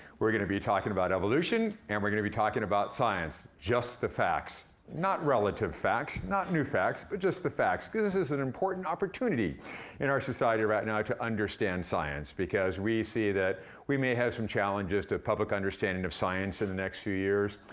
we're gonna be talking about evolution, and we're gonna be talking about science just the facts. not relative facts, not new facts, but just the facts, cause this is an important opportunity in our society right now to understand science, because we see that we may have some challenges to public understanding of science in the next few years.